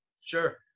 Sure